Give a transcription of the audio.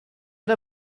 der